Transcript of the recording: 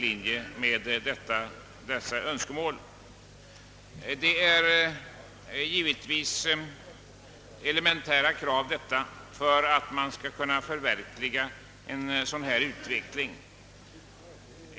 Det gäller i samtliga fall elementära förutsättningar för en önskvärd utveckling.